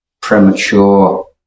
premature